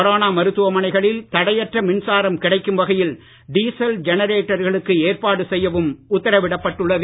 corona மருத்துவ மனைகளில் தடையற்ற மின்சாரம் கிடைக்கும் வகையில் டீசல் ஜெனரேட்டர்களுக்கு ஏற்பாடு செய்யவும் உத்தரவிடப்பட்டுள்ளது